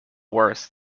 worse